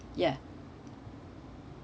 ya